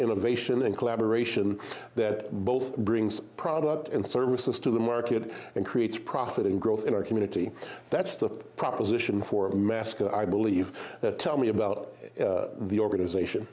innovation and collaboration that both brings product and services to the market and creates profit and growth in our community that's the proposition for a mascot i believe tell me about the organization